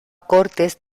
cortes